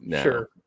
sure